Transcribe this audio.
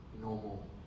normal